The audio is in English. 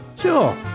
Sure